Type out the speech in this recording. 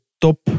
top